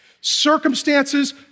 Circumstances